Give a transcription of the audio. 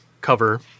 cover